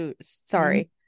Sorry